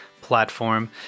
platform